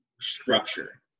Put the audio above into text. structure